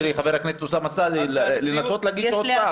לחבר הכנסת אוסאמה סעדי לנסות להגיש שוב.